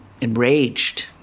enraged